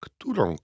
Którą